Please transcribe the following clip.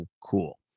cool